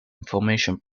information